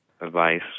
Advice